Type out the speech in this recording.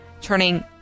turning